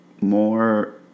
More